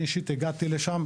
אני אישית הגעתי לשם,